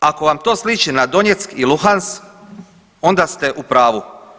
Ako vam to sliči na Donjeck i Lugansk onda ste u pravi.